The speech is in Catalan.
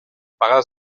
pagades